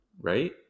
right